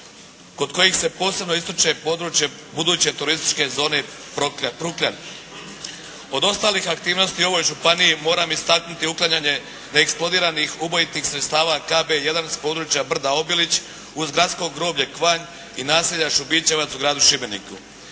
kod kojih se posebno ističe područje buduće turističke zone Prukljan. Kod ostalih aktivnosti u ovoj županiji moram istaknuti uklanjanje neeksplodiranih ubojitih sredstava KB1 s područja brda Obilić uz gradsko groblje Kvanj i naselja Šubičevac u gradu Šibeniku.